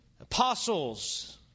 apostles